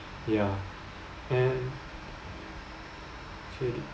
ya and